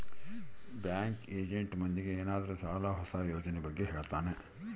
bank agent ಮಂದಿಗೆ ಏನಾದ್ರೂ ಸಾಲ ಹೊಸ ಯೋಜನೆ ಬಗ್ಗೆ ಹೇಳ್ತಾನೆ